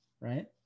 Right